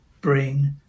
bring